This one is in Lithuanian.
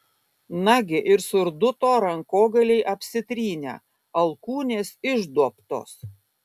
nagi ir surduto rankogaliai apsitrynę alkūnės išduobtos